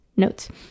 notes